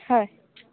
হয়